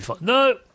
No